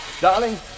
Darling